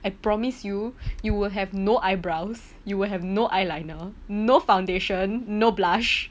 I promise you you will have no eyebrows you will have no eyeliner no foundation no blush